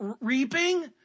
reaping